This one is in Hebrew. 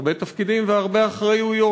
הרבה תפקידים והרבה אחריויות.